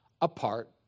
apart